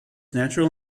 natural